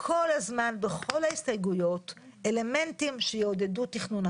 אלא אתם אומרים שיש מצב של כאוס בהיבט התכנוני ואתם רוצים לקדם תכנון,